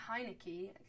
Heineke